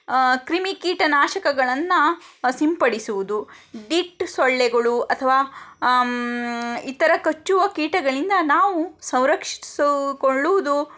ಕ್ರಿಮಿ ಕೀಟ ನಾಶಕಗಳನ್ನು ಸಿಂಪಡಿಸುವುದು ಡಿಟ್ ಸೊಳ್ಳೆಗಳು ಅಥವಾ ಇತರ ಕಚ್ಚುವ ಕೀಟಗಳಿಂದ ನಾವು ಸೌರಕ್ಷಿಸಿಕೊಳ್ಳುವುದು